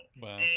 Wow